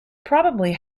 probably